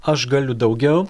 aš galiu daugiau